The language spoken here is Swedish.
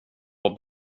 har